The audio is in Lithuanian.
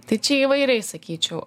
tai čia įvairiai sakyčiau